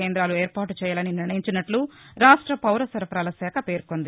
కేంద్రాలు ఏర్పాటు చేయాలని నిర్ణయించినట్లు రాష్ట పౌర సరఫరాల శాఖ పేర్కొంది